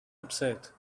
upset